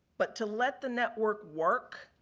but, to let the network work,